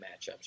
matchups